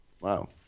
Wow